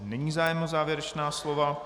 Není zájem o závěrečná slova.